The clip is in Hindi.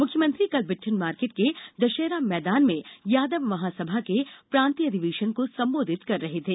मुख्यमंत्री कल बिट़ठन मार्केट के दशहरा मैदान में यादव महासभा के प्रांतीय अधिवेशन को संबोधित कर रहे थे